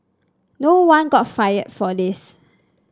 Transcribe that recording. no one got fired for this